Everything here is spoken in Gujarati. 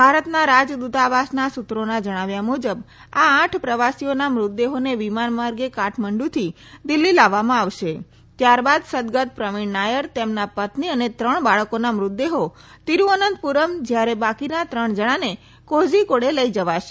ભારતના રાજદૂતાવાસના સૂત્રોના જણાવ્યા મુજબ આ આઠ પ્રવાસીઓના મૃતદેહોને વિમાન માર્ગે કાઠમંડુથી દિલ્ફી લાવવામાં આવશે ત્યાર બાદ સદગત પ્રવીણ નાયર તેમના પત્ની અને ત્રણ બાળકોના મૃતદેહો તિરૂઅનંતપૂરમ જ્યારે બાકીના ત્રણ જણાને કોઝીકોડે લઈ જવાશે